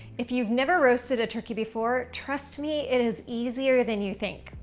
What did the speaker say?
if you've never roasted a turkey before, trust me, it is easier than you think.